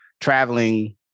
traveling